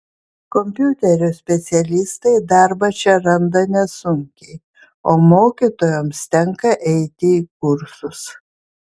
kompiuterių specialistai darbą čia randa nesunkiai o mokytojoms tenka eiti į kursus